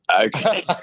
Okay